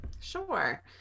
Sure